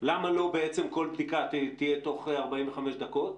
למה לא בעצם כל בדיקה תהיה תוך 45 שעות,